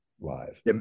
live